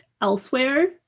elsewhere